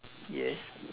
yes